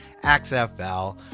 XFL